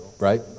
right